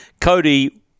Cody